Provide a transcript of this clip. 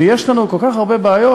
ויש לנו כל כך הרבה בעיות,